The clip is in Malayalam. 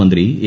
മന്ത്രി എ